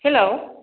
hello